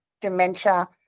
dementia